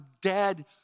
dead